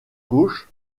gauche